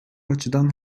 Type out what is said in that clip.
açıdan